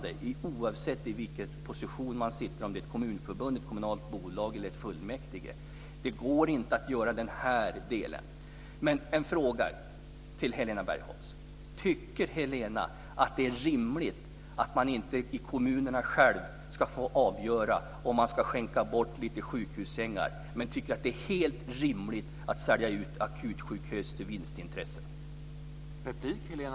Det gäller oavsett vilken position de sitter i, om det är ett kommunförbund, ett kommunalt bolag eller ett fullmäktige. Det går inte att göra så här. En fråga till Helena Bargholtz: Tycker Helena att det är rimligt att man inte i kommunerna själva ska få avgöra om man ska skänka bort lite sjukhussängar när hon tycker att det är helt rimligt att sälja ut akutsjukhus till vinstintressen?